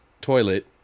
toilet